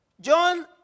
John